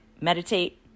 meditate